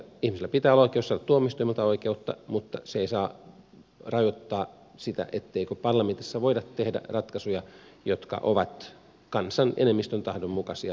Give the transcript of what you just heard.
ihmisillä pitää olla oikeus saada tuomioistuimelta oikeutta mutta se ei saa rajoittaa sitä etteikö parlamentissa voida tehdä ratkaisuja jotka ovat kansan enemmistön tahdon mukaisia